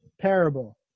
parable